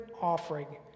offering